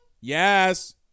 Yes